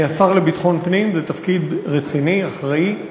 השר לביטחון פנים זה תפקיד רציני, אחראי.